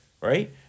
right